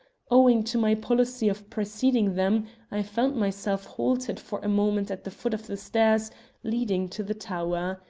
owing to my policy of preceding them i found myself halted for a moment at the foot of the stairs leading to the tower.